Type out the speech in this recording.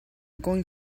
going